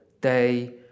day